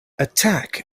attack